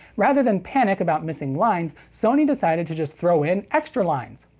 rather than panic about missing lines, sony decided to just thrown in extra lines.